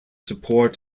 support